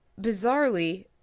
bizarrely